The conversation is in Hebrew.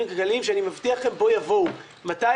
כלכליים שאני מבטיח לכם בוא יבוא מתי?